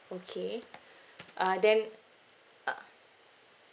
okay uh then uh